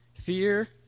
Fear